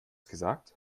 gesagt